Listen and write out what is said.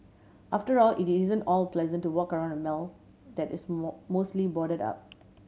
after all it isn't all pleasant to walk around a mall that is more mostly boarded up